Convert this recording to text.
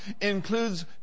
includes